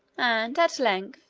and at length,